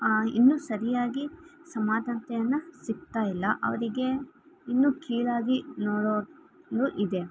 ಇನ್ನೂ ಸರಿಯಾಗಿ ಸಮಾನತೆಯನ್ನ ಸಿಕ್ತಾ ಇಲ್ಲ ಅವರಿಗೆ ಇನ್ನೂ ಕೀಳಾಗಿ ನೋಡೋದು ಇದೆ